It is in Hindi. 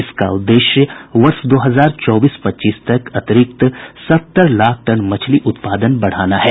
इसका उद्देश्य वर्ष दो हजार चौबीस पच्चीस तक अतिरिक्त सत्तर लाख टन मछली उत्पादन बढ़ाना है